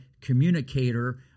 communicator